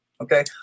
Okay